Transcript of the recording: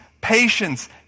patience